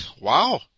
wow